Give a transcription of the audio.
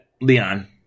Leon